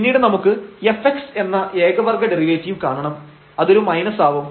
പിന്നീട് നമുക്ക് fx എന്ന ഏക വർഗ്ഗ ഡെറിവേറ്റീവ് കാണണം അത് ഒരു മൈനസ് ആവും